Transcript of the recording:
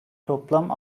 toplam